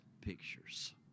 pictures